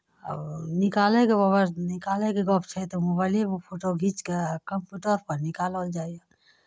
आओर निकलैके अगर निकालैके गप्प छै तऽ मोबाइलेमे फोटो घीच कऽ आ कप्यूटरपर निकालल जाइए